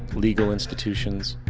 legal institutions,